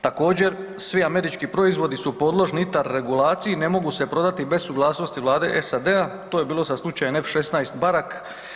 Također svi američki proizvodi su podložni ITAR regulaciji ne mogu se prodati bez suglasnosti vlade SAD-a to je bilo sa slučajem F16 Barak.